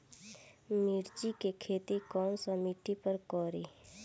मिर्ची के खेती कौन सा मिट्टी पर करी?